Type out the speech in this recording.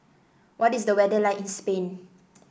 what is the weather like in Spain